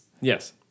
Yes